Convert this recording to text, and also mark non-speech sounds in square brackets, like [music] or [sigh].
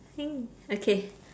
[noise] okay